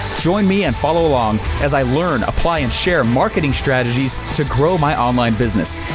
join me and follow along as i learn, apply and share marketing strategies to grow my online business,